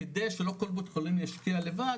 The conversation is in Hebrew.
כדי שלא כל בית חולים ישקיע לבד,